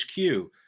HQ